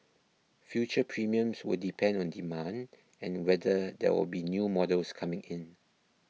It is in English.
future premiums will depend on demand and whether there will be new models coming in